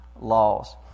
laws